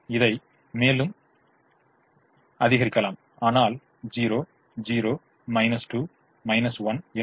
இதை மேலும் அதிகரிக்கலாம் ஆனால் 0 0 2 1 என்று